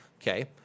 Okay